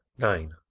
nine.